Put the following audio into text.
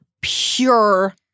pure